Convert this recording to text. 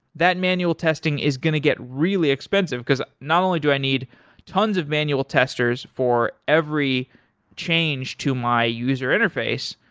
that manual testing is going to get really expensive, because not only do i need tons of manual testers for every change to my user interface,